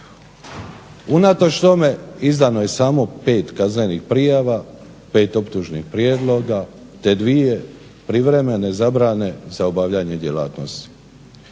Unatoč tome izdano je samo 5 kaznenih prijava, 5 optužnih prijedloga te 2 privremene zabrane za obavljanje djelatnosti.